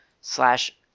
slash